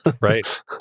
Right